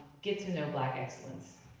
get to know black excellence.